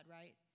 right